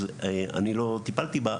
אז אני לא טיפלתי בה,